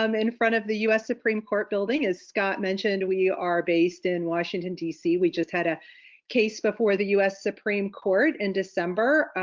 um in front of the us supreme court building. as scott mentioned, we are based in washington dc, we just had a case before the us supreme court in december,